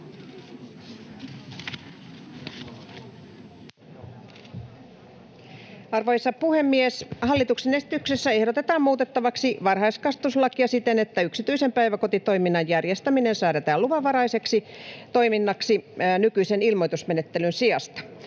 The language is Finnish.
Arvoisa puhemies! Hallituksen esityksessä ehdotetaan muutettavaksi varhaiskasvatuslakia siten, että yksityisen päiväkotitoiminnan järjestäminen säädetään luvanvaraiseksi toiminnaksi nykyisen ilmoitusmenettelyn sijasta.